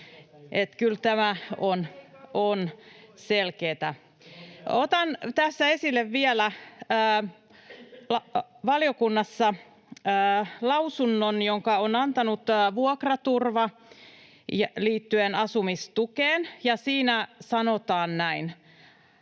kyllä tämä on selkeää. Otan tässä esille vielä valiokunnasta lausunnon, jonka on antanut Vuokraturva liittyen asumistukeen. Siinä sanotaan näin: